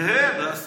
זה הם, זה השמאל.